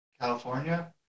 California